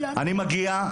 אני מגיע,